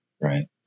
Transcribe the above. right